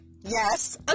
yes